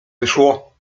wyszło